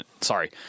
Sorry